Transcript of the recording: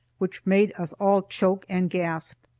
which made us all choke and gasp,